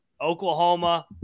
Oklahoma